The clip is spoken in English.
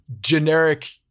generic